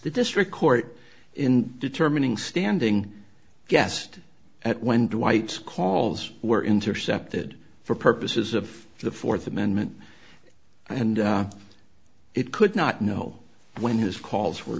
the district court in determining standing guessed at when dwight calls were intercepted for purposes of the fourth amendment and it could not know when his calls were